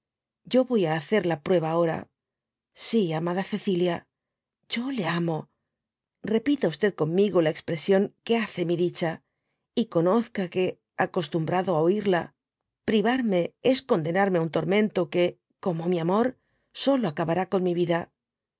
yo yoy á hacer la prueba ahora si amada cecüiao le amo repita conmigo la expresión que hace mi dicha y conozca que acostumbrado á oiría privarme es condenarme á un tormento que como mi amor solo acabará con nú yida